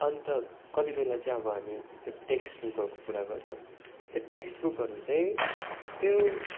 अन्त कति बेला चाहिँ अब हामी त्यो टेक्स्ट बुकहरूको कुरा गर्छौँ त्यो टेस्टबुकहरू चाहिँ त्यो